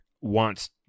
wants